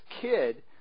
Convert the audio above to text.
kid